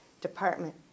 Department